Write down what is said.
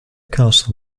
castle